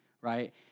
right